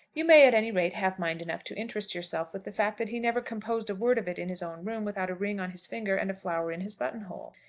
you may at any rate have mind enough to interest yourself with the fact that he never composed a word of it in his own room without a ring on his finger and a flower in his button-hole.